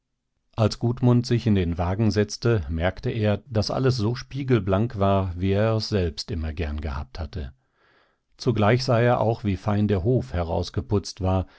als gudmund sich in den wagen setzte merkte er daß alles so spiegelblank war wie er es selbst immer gern gehabt hatte zugleich sah er auch wie fein der hof herausgeputzt war